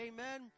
Amen